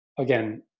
Again